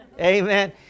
Amen